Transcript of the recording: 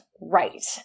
right